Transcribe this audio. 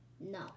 No